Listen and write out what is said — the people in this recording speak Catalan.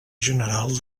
general